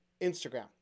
Instagram